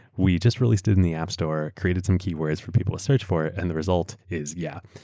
we just really stood in the app store, created some keywords for people to search for it, and the result is yeah,